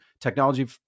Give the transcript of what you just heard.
technology